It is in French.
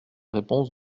réponse